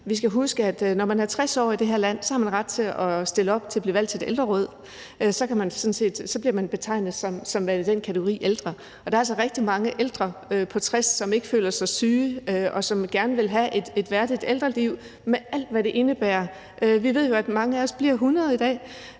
Vi skal huske, at når man er 60 år i det her land, har man ret til at stille op til at blive valgt til et ældreråd, og så bliver man betegnet som værende i kategorien ældre, og der er altså rigtig mange ældre på 60, som ikke føler sig syge, og som gerne vil have et værdigt ældreliv med alt, hvad det indebærer. Vi ved jo, at mange af os bliver 100 i dag,